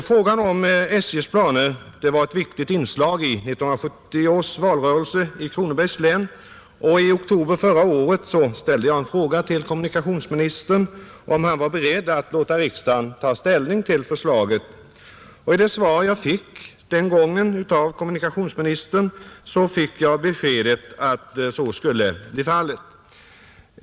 Frågan om SJ:s planer var ett viktigt inslag i 1970 års valrörelse i Kronobergs län, och i oktober förra året ställde jag en fråga till kommunikationsministern, om han var beredd att låta riksdagen ta ställning till förslaget. I det svar jag fick den gången av kommunikationsministern erhöll jag beskedet att så skulle bli fallet.